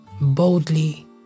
boldly